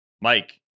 Mike